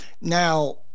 Now